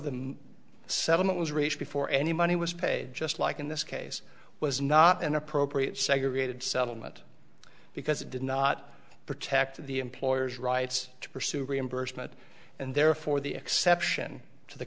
the settlement was reached before any money was paid just like in this case was not an appropriate segregated settlement because it did not protect the employer's rights to pursue reimbursement and therefore the exception to the